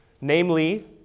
Namely